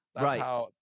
right